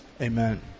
Amen